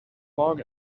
long